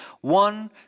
One